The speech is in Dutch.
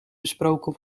besproken